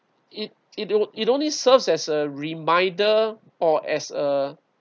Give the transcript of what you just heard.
it it it it only serves as a reminder or as a